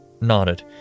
nodded